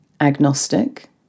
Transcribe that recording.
agnostic